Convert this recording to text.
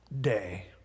day